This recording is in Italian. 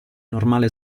normale